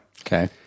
Okay